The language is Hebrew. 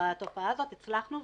הקרובות יהיו לאנשים יותר כרטיסים,